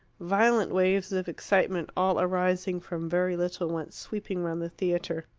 violent waves of excitement, all arising from very little, went sweeping round the theatre.